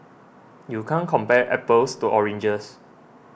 you can't compare apples to oranges